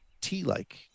tea-like